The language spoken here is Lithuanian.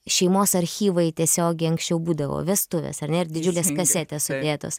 šeimos archyvai tiesiogiai anksčiau būdavo vestuvės ar ne ir didžiulės kasetės sudėtos